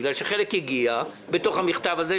בגלל שחלק הגיע בתוך המכתב הזה,